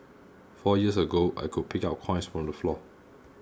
four years ago I could pick up coins from the floor